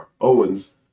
Owens